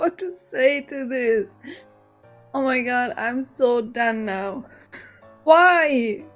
ah to say to this oh my god. i'm so done now why?